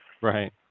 Right